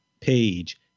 Page